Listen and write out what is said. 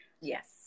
Yes